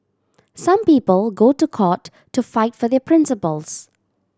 some people go to court to fight for their principles